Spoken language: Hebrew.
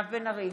מירב בן ארי,